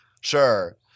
Sure